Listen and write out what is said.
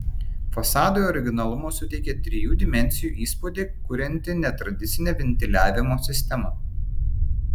fasadui originalumo suteikia trijų dimensijų įspūdį kurianti netradicinė ventiliavimo sistema